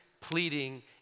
pleading